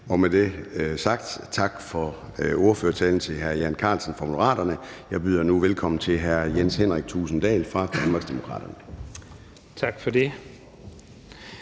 Og med det sagt tak for ordførertalen til hr. Jan Carlsen fra Moderaterne. Jeg byder nu velkommen til hr. Jens Henrik Thulesen Dahl fra Danmarksdemokraterne. Kl.